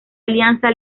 alianza